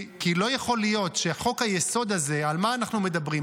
על מה אנחנו מדברים?